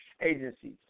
agencies